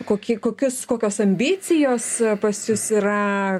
kokie kokius kokios ambicijos pas jus yra